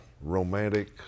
romantic